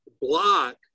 block